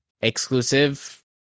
exclusive